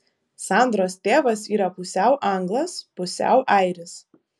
sandros tėvas yra pusiau anglas pusiau airis